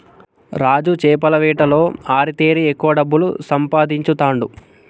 రాజు చేపల వేటలో ఆరితేరి ఎక్కువ డబ్బులు సంపాదించుతాండు